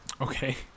Okay